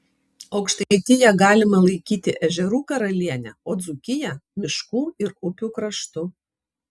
aukštaitiją galima laikyti ežerų karaliene o dzūkiją miškų ir upių kraštu